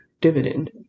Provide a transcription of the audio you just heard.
dividend